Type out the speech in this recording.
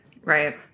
Right